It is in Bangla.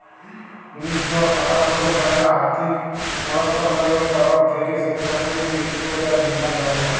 উনিশ শ সাতানব্বই সালে আথ্থিক মলত্রলালয়ের তরফ থ্যাইকে স্বেচ্ছাসেবী ডিসক্লোজার বীমা চালু হয়